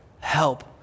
help